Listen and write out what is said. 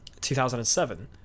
2007